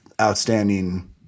outstanding